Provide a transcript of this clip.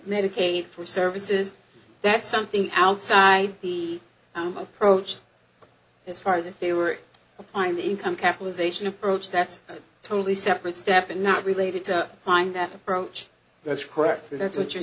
medicaid for services that's something outside the i'm approached as far as if they were applying the income capitalization approach that's a totally separate step and not related to find that approach that's correct that's what you're